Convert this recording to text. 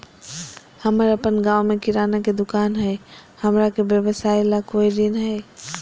हमर अपन गांव में किराना के दुकान हई, हमरा के व्यवसाय ला कोई ऋण हई?